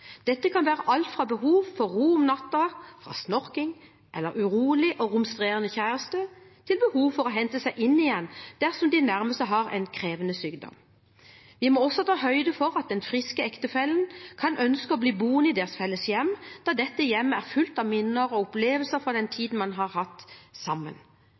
Dette kan ha å gjøre med alt fra behov for ro om natten, med snorking eller urolig og romsterende kjæreste, til behov for å hente seg inn igjen dersom de nærmeste har en krevende sykdom. Vi må også ta høyde for at den friske ektefellen kan ønske å bli boende i deres felles hjem, da dette hjemmet er fullt av minner og opplevelser fra den tiden man har hatt sammen.